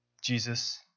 Jesus